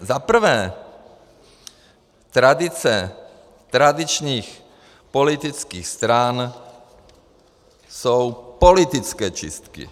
Zaprvé tradice tradičních politických stran jsou politické čistky.